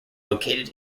located